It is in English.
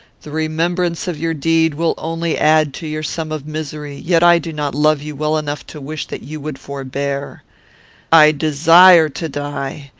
the remembrance of your deed will only add to your sum of misery yet i do not love you well enough to wish that you would forbear. i desire to die,